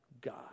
God